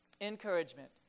Encouragement